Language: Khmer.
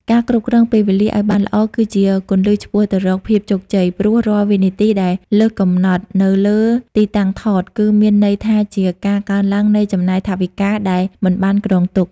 ការគ្រប់គ្រងពេលវេលាឱ្យបានល្អគឺជាគន្លឹះឆ្ពោះទៅរកភាពជោគជ័យ ព្រោះរាល់វិនាទីដែលលើសកំណត់នៅលើទីតាំងថត គឺមានន័យថាជាការកើនឡើងនៃចំណាយថវិកាដែលមិនបានគ្រោងទុក។